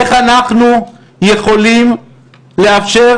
איך אנחנו יכולים לאפשר